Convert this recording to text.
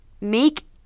make